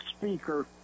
speaker